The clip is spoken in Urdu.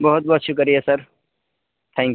بہت بہت شکریہ سر تھینک